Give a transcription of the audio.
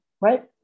right